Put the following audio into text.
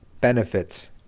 Benefits